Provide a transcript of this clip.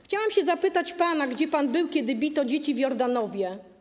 Chciałam zapytać pana: Gdzie pan był, kiedy bito dzieci w Jordanowie.